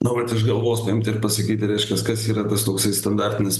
nu vat iš galvos paimti ir pasakyti reiškias kas yra tas toks standartinis